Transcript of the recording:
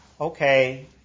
Okay